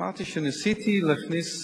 אמרתי שניסיתי להכניס